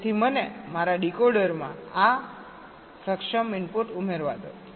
તેથી મને મારા ડીકોડરમાં આ સક્ષમ ઇનપુટ ઉમેરવા દો